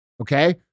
okay